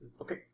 Okay